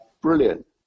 Brilliant